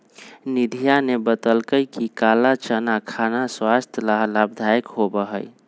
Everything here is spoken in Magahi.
निधिया ने बतल कई कि काला चना खाना स्वास्थ्य ला लाभदायक होबा हई